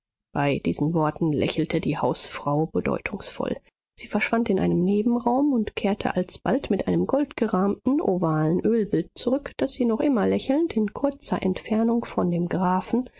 bei diesen worten lächelte die hausfrau bedeutungsvoll sie verschwand in einem nebenraum und kehrte alsbald mit einem goldgerahmten ovalen ölbild zurück das sie noch immer lächelnd in kurzer entfernung von dem grafen